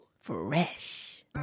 fresh